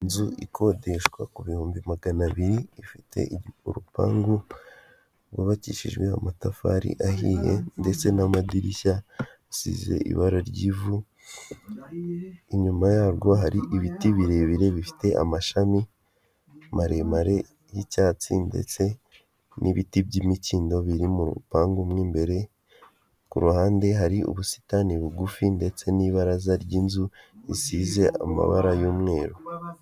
Inzu ikodeshwa ku bihumbi magana abiri, ifite urupangu rwubakishijwe amatafari ahiye, ndetse n'amadirishya asize ibara ry'ivu, inyuma yarwo hari ibiti birebire bifite amashami maremare y'icyatsi, ndetse n'ibiti by'imikindo biri mu rupangu mw'imbere, ku ruhande hari ubusitani bugufi ndetse n'ibaraza ry'inzu risize amabara y'umweru.